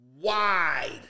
wide